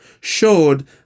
showed